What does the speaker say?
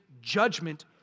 judgment